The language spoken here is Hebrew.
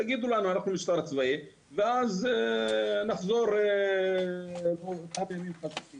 תגידו לנו 'אנחנו משטר צבאי' ואז נחזור -- (הפרעות בשידור הזום).